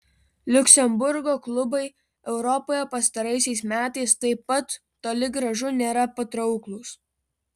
liuksemburgo klubai europoje pastaraisiais metais taip pat toli gražu nėra patrauklūs